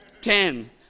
Ten